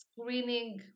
screening